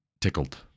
tickled